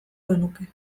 genuke